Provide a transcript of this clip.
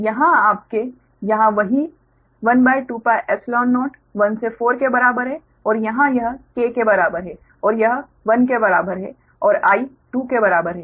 तो यहाँ आपके यहाँ वही 12πϵ0 1 से 4 के बराबर है और यहाँ यह k के बराबर है और यह 1 के बराबर है और I 2 के बराबर है